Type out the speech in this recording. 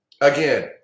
again